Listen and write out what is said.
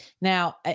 Now